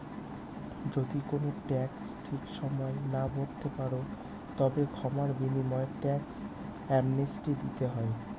যদি কোনো ট্যাক্স ঠিক সময়ে না ভরতে পারো, তবে ক্ষমার বিনিময়ে ট্যাক্স অ্যামনেস্টি দিতে হয়